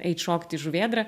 eit šokt į žuvėdrą